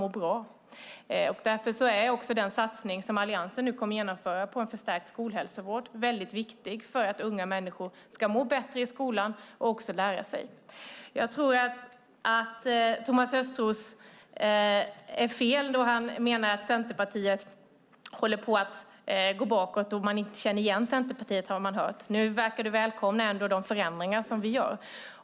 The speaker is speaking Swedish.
Därför är den satsning på förstärkt skolhälsovård som Alliansen nu kommer att genomföra mycket viktig för att unga människor ska må bättre i skolan och också lära sig saker. Jag tror att Thomas Östros har fel när han menar att Centerpartiet går bakåt och att man inte känner igen Centerpartiet. Nu verkar du välkomna de förändringar som vi gör.